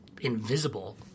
invisible